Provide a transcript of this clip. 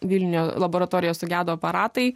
vilniuje laboratorijoje sugedo aparatai